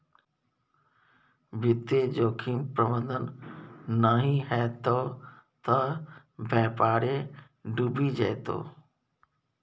वित्तीय जोखिम प्रबंधन नहि हेतौ त बेपारे डुबि जेतौ